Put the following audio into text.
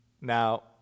Now